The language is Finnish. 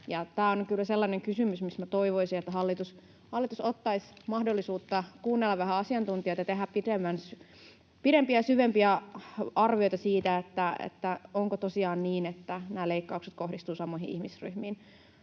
Tämä on kyllä sellainen kysymys, mistä minä toivoisin, että hallitus ottaisi mahdollisuutta kuunnella vähän asiantuntijoita ja tehdä pidempiä, syvempiä arvioita siitä, onko tosiaan niin, että nämä leikkaukset kohdistuvat samoihin ihmisryhmiin.